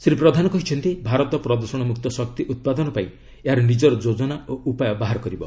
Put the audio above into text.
ଶ୍ରୀ ପ୍ରଧାନ କହିଛନ୍ତି ଭାରତ ପ୍ରଦୂଷଣମୁକ୍ତ ଶକ୍ତି ଉତ୍ପାଦନ ପାଇଁ ଏହାର ନିଜର ଯୋଜନା ଓ ଉପାୟ ବାହାର କରିବ